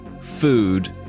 food